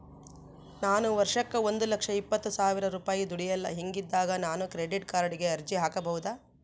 ನಾನು ವರ್ಷಕ್ಕ ಒಂದು ಲಕ್ಷ ಇಪ್ಪತ್ತು ಸಾವಿರ ರೂಪಾಯಿ ದುಡಿಯಲ್ಲ ಹಿಂಗಿದ್ದಾಗ ನಾನು ಕ್ರೆಡಿಟ್ ಕಾರ್ಡಿಗೆ ಅರ್ಜಿ ಹಾಕಬಹುದಾ?